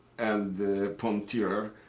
and puntierer,